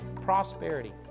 prosperity